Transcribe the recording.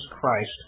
Christ